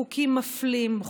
חוקים מפלים,